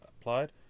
applied